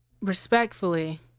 respectfully